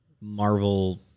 Marvel